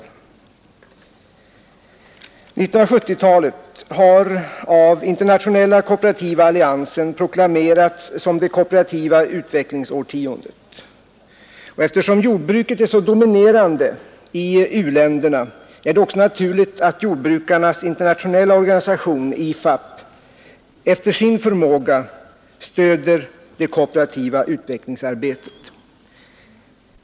1970-talet har av Internationella kooperativa alliansen proklamerats som det kooperativa utvecklingsårtiondet. Då jordbruket är så dominerande i u-länderna, är det också naturligt att jordbrukarnas internationella organisation, IFAP, efter sin förmåga också stöder det kooperativa utvecklingsarbetet.